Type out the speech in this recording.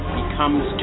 becomes